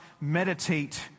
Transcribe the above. meditate